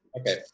Okay